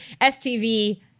STV